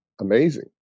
amazing